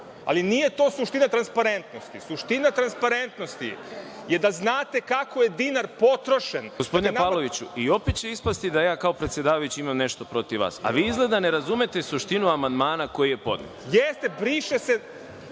ali nije to suština transparentnosti. Suština transparentnosti je da znate kako je dinar potrošen. **Đorđe Milićević** Gospodine Pavloviću, i opet će ispasti da ja kao predsedavajući imam nešto protiv vas, a vi izgleda ne razumete suštinu amandmana koji je podnet. **Dušan